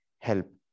help